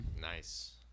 Nice